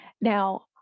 Now